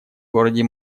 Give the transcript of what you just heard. городе